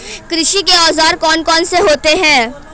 कृषि के औजार कौन कौन से होते हैं?